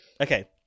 Okay